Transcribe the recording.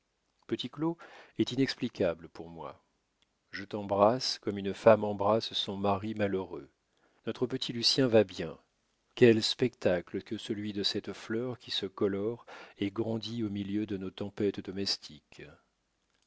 insuccès petit claud est inexplicable pour moi je t'embrasse comme une femme embrasse son mari malheureux notre petit lucien va bien quel spectacle que celui de cette fleur qui se colore et grandit au milieu de nos tempêtes domestiques